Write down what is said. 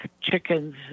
chickens